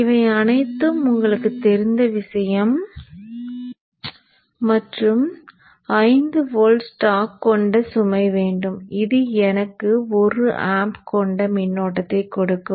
இவை அனைத்தும் உங்களுக்கு தெரிந்த விஷயம் மற்றும் 5 வோல்ட் ஸ்டாக் கொண்ட சுமை வேண்டும் இது எனக்கு 1 ஆம்ப் கொண்ட மின்னோட்டத்தை கொடுக்கும்